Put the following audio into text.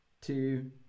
two